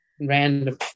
random